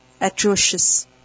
Atrocious